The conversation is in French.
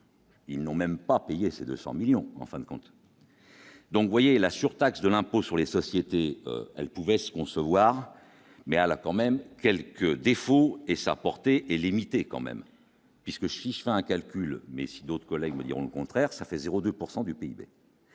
Ils n'ont même pas payé ces 200 millions en fin de compte, donc voyez la surtaxe de l'impôt sur les sociétés, elle pouvait se concevoir, mais à la quand même quelques défauts et sa portée est limitée quand même puisque je fais un calcul mais si d'autres collègues vous diront le contraire, ça fait 0 2 pourcent